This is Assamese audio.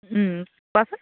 কোৱাচোন